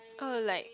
uh like